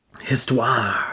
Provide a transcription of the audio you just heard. Histoire